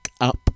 Up